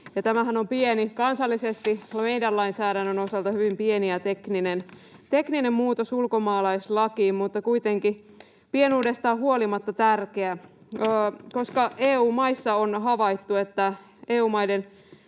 Tämähän on kansallisesti meidän lainsäädännön osalta hyvin pieni ja tekninen muutos ulkomaalaislakiin mutta kuitenkin pienuudestaan huolimatta tärkeä, koska EU-maissa on havaittu, että EU-maiden